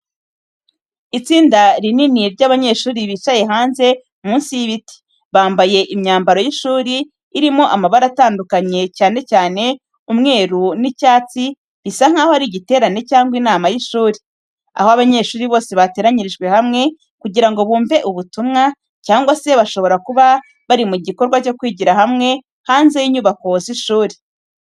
Itsinda rinini ry’abanyeshuri bicaye hanze munsi y’ibiti. Bambaye imyambaro y’ishuri irimo amabara atandukanye cyane cyane umweru n’icyatsi. Bisa nkaho ari igiterane cyangwa inama y’ishuri, aho abanyeshuri bose bateranyirijwe hamwe kugira ngo bumve ubutumwa, cyangwa se bashobora kuba bari mu gikorwa cyo kwigira hamwe hanze y’inyubako z’ishuri.